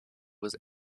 was